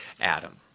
Adam